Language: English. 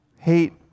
hate